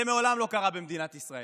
זה מעולם לא קרה במדינת ישראל.